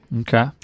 Okay